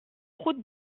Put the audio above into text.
route